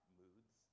moods